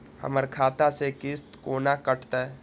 हमर खाता से किस्त कोना कटतै?